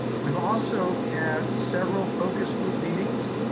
we've also had several focus group meetings.